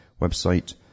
website